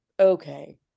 okay